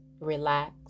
relax